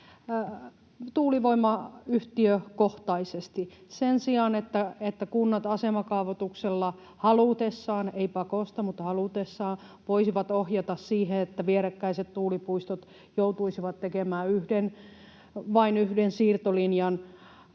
pirstovat metsälöitä, sen sijaan, että kunnat asemakaavoituksella halutessaan — ei pakosta, mutta halutessaan — voisivat ohjata siihen, että vierekkäiset tuulipuistot joutuisivat tekemään vain yhden siirtolinjan,